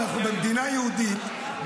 אנחנו במדינה יהודית,